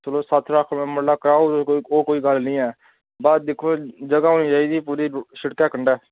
चलो सत्त लक्ख रपेऽ मरला कराओ ओह् कोई गल्ल निं ऐ बस दिक्खो जगह् होनी चाहिदी पूरी शिड़कै कंढै